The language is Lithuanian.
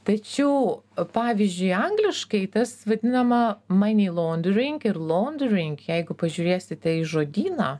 tačiau pavyzdžiui angliškai tas vadinama mani londering ir londering jeigu pažiūrėsite į žodyną